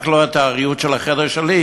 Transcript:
רק לא את הריהוט של החדר שלי,